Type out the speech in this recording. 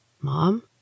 Mom